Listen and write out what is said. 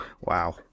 Wow